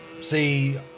see